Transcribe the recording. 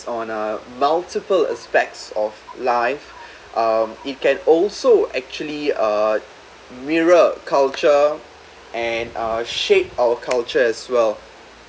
on a multiple aspects of life um it can also actually uh mirror culture and uh shape our culture as well